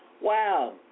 Wow